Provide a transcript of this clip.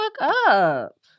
up